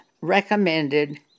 recommended